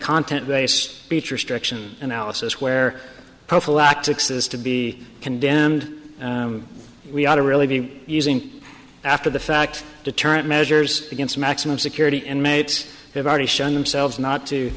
content based speech or struction analysis where prophylactics is to be condemned and we ought to really be using after the fact deterrent measures against maximum security inmates have already shown themselves not to